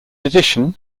addition